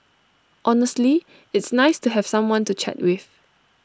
honestly it's nice to have someone to chat with